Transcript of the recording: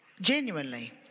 genuinely